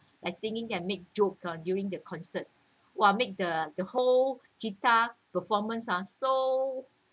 as singing can make joke during the concert !wah! make the the whole guitar performance ah so